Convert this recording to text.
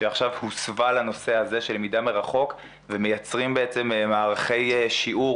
שעכשיו הוסבה לנושא הזה של למידה מרחוק ומייצרת מערכי שיעור,